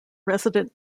resident